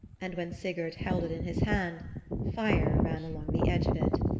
and when sigurd held it in his hand fire ran along the edge of it.